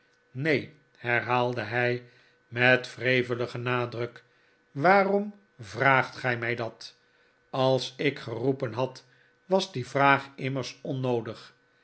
neen herhaalde hij met wreveligen nadruk waarom vraagt gij mij dat als ik geroepen had was die vraag immers onnoodig